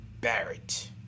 Barrett